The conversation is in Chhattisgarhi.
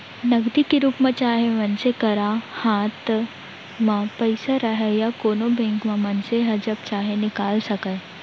नगदी के रूप म चाहे मनसे करा हाथ म पइसा रहय या कोनों बेंक म मनसे ह जब चाहे निकाल सकय